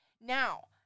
Now